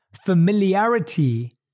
Familiarity